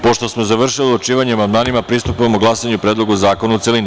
Pošto smo završili odlučivanje o amandmanima, pristupamo glasanju o Predlogu zakona u celini.